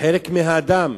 חלק מהאדם,